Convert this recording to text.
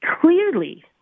clearly